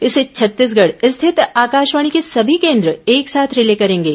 इसे छत्तीसगढ़ स्थित आकाशवाणी के सभी केन्द्र एक साथ रिले करेंगे